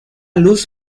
luz